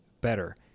better